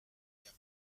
piak